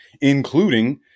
including